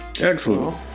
Excellent